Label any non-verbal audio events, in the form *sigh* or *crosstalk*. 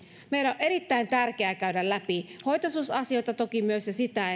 meidän on erittäin tärkeää käydä läpi toki myös hoitoisuusasioita ja sitä *unintelligible*